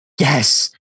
yes